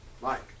Mike